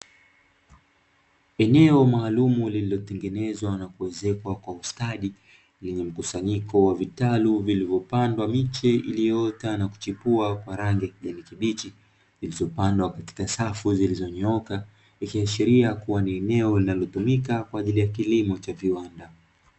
Eneo maalumu lililotengenezwa na kuezekwa kwa ustadi lenye mkusanyiko wa vitalu vilivyopandwa miche iliyoota na kuchipua kwa rangi ya kijani kibichi; zilizopandwa katika safu zilizonyooka, ikiashiria kuwa ni eneo linalotumika kwa ajili ya kilimo cha viwanda.